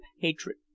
hatred